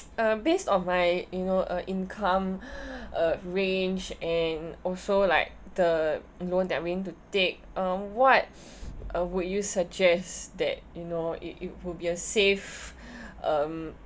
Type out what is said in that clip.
uh based on my you know uh income uh range and also like the loan that we need to take uh what uh would you suggest that you know it it would be a safe um